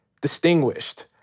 distinguished